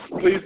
Please